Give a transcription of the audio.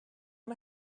and